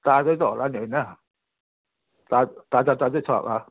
ताजै त होला नि होइन ताजाताजै छ होला